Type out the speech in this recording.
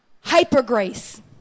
hyper-grace